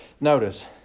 Notice